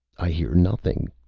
i hear nothing,